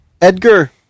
Edgar